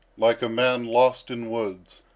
like a man lost in woods,